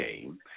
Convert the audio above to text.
game